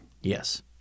Yes